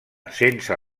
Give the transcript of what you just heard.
sense